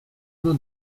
uno